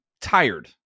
tired